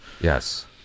Yes